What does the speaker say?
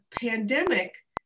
pandemic